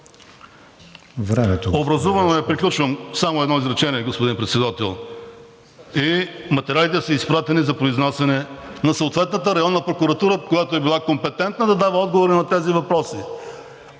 БОЙКО РАШКОВ: Приключвам, само едно изречение, господин Председател. И материалите са изпратени за произнасяне на съответната районна прокуратура, която е била компетентна да дава отговори на тези въпроси.